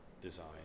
design